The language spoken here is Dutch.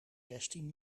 zestien